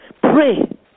pray